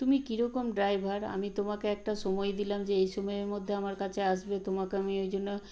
তুমি কীরকম ড্রাইভার আমি তোমাকে একটা সময় দিলাম যে এই সময়ের মধ্যে আমার কাছে আসবে তোমাকে আমি ওই জন্য